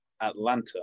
Atlanta